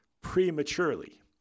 prematurely